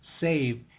save